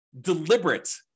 deliberate